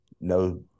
no